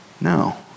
No